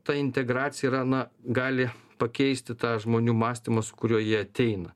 ta integracija yra na gali pakeisti tą žmonių mąstymą su kuriuo jie ateina